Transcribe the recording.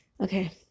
Okay